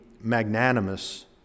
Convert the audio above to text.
magnanimous